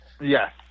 Yes